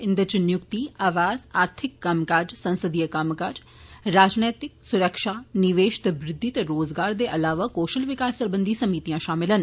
इन्दे इच नियुक्ति आवास आर्थिक कम्मकाज संसदीय कम्मकाज राजनीतिक सुरक्षा निवेश ते बृद्धि ते रोज़गार दे अलावा कौशल विकास संबंधी समितियां शामिल न